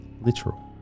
literal